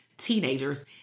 teenagers